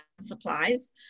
supplies